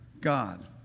God